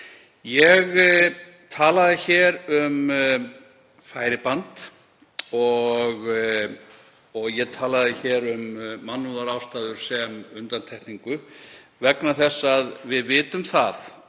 Ég talaði hér um færiband og ég talaði um mannúðarástæður sem undantekningu vegna þess að við vitum að